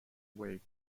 wake